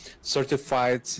certified